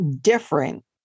different